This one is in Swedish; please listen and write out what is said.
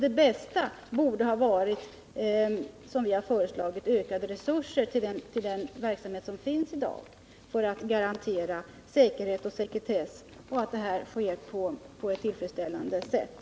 Det bästa borde ha varit att, som vi har föreslagit, öka resurserna till den verksamhet som finns i dag för att garantera säkerhet och sekretess och att allt sker på ett tillfredsställande sätt.